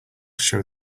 show